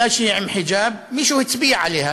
מכיוון שהיא עם חיג'אב מישהו הצביע עליה,